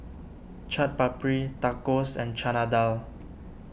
Chaat Papri Tacos and Chana Dal